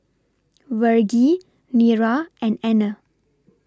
Vergie Nira and Anner